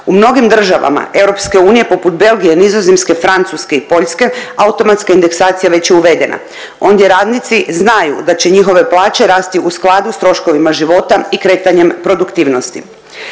U mnogim državama EU poput Belgije, Nizozemske, Francuske i Poljske automatska indeksacija već je uvedena. Ondje radnici znaju da će njihove plaće rasti u skladu s troškovima života i kretanjem produktivnosti.